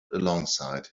alongside